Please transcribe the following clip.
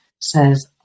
says